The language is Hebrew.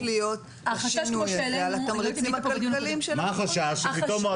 להיות בשינוי הזה על התמריצים הכלכליים של המכון.